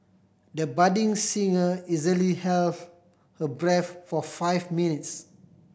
the budding singer easily held her breath for five minutes